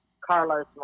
Carlos